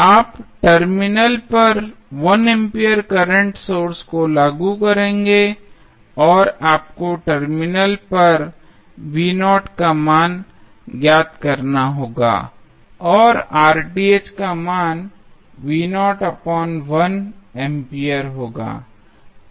आप टर्मिनल पर 1 ampere current source को लागू करेंगे और आपको टर्मिनलों पर का मान ज्ञात होगा और का मान एंपियर होगा